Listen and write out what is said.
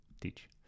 teach